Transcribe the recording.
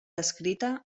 descrita